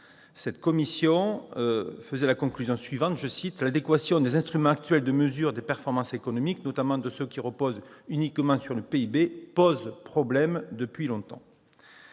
la commission concluait que « l'adéquation des instruments actuels de mesure des performances économiques, notamment de ceux qui reposent uniquement sur le PIB, pose problème depuis longtemps ».